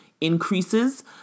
increases